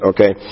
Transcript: Okay